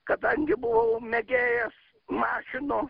kadangi buvau mėgėjas mašinų